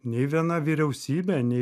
nei viena vyriausybė nei